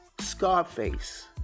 Scarface